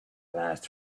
last